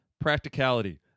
Practicality